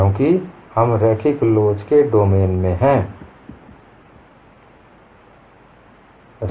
क्योंकि हम रैखिक लोच के डोमेन में हैं